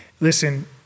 Listen